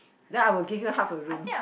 then I will give you half a room